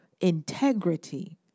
integrity